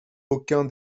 aucun